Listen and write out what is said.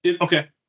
okay